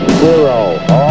zero